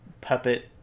puppet